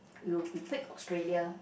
you you pick Australia